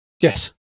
Yes